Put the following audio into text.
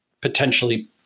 potentially